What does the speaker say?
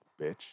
bitch